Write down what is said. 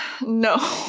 no